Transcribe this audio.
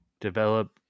develop